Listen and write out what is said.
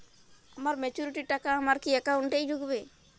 আমার ম্যাচুরিটির টাকা আমার কি অ্যাকাউন্ট এই ঢুকবে?